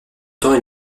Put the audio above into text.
temps